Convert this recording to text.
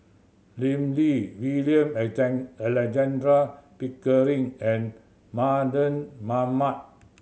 Lim Lee William Alexander Pickering and Mardan Mamat